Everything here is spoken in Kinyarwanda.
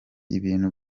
ibintu